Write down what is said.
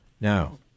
Now